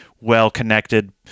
well-connected